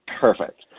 Perfect